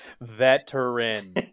Veteran